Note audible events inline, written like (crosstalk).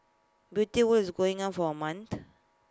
beauty world is going for A month (noise)